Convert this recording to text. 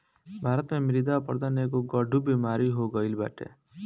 भारत में मृदा अपरदन एगो गढ़ु बेमारी हो गईल बाटे